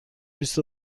بیست